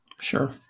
Sure